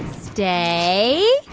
stay